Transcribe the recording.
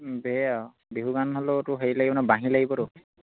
দে আৰু বিহু গান হ'লেওতো হেৰি লাগিব নহয় বাঁহী লাগিবতো